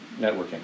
networking